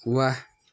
वाह